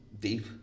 deep